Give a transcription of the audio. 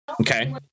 okay